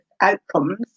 outcomes